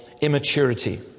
immaturity